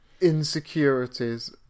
insecurities